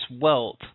wealth